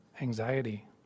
anxiety